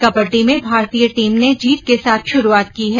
कबड़ी में भारतीय टीम ने जीत के साथ शुरूआत की है